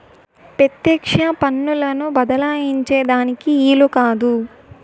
పెత్యెక్ష పన్నులను బద్దలాయించే దానికి ఈలు కాదు